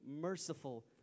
merciful